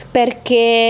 perché